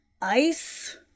Ice